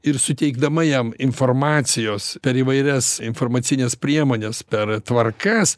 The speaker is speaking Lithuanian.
ir suteikdama jam informacijos per įvairias informacines priemones per tvarkas